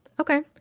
Okay